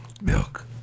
Milk